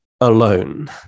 alone